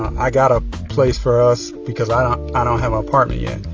i got a place for us because i i don't have ah apartment yet.